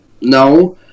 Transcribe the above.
no